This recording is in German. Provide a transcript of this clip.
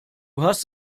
hast